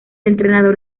entrenador